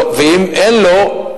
ואם אין לו,